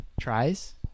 Tries